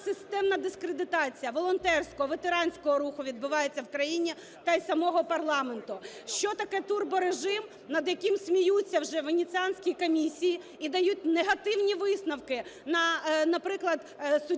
системна дискредитація волонтерського, ветеранського руху відбувається в країні, та й самого парламенту. Що таке турборежим, над яким сміються вже у Венеціанській комісії і дають негативні висновки на, наприклад, суддівську